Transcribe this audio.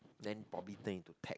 then probably think in to text